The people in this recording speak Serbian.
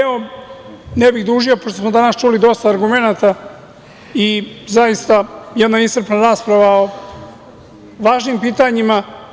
Evo, ne bih dužio, pošto smo danas čuli dosta argumenata i zaista jedna iscrpna rasprava o važnim pitanjima.